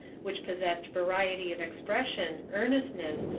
which possessed variety of expression, earnestness,